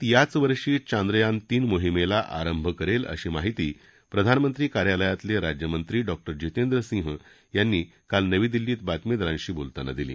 भारत याच वर्षी चांद्रयान तीन मोहिमेला आरंभ करेल अशी माहिती प्रधानमंत्री कार्यालयातले राज्यमंत्री डॉ जितेंद्र सिंह यांनी काल नवी दिल्लीत बातमीदारांशी बोलताना दिली